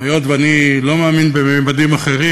היות שאני לא מאמין בממדים אחרים,